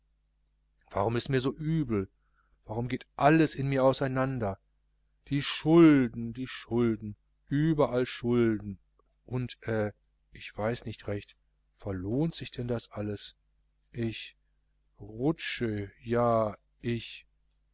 warum ist mir so übel warum geht alles in mir auseinander die schulden die schulden überall schulden und äh ich weiß nicht recht verlohnt sich denn das alles ich rutsche ja ich